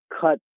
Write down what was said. cut